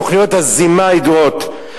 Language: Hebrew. תוכניות הזימה הידועות.